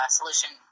solution